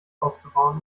auszubauen